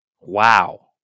Wow